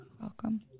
Welcome